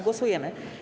Głosujemy.